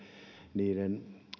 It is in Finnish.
niiden